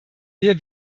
wir